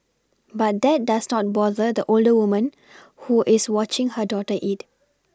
but that does not bother the older woman who is watching her daughter eat